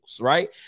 right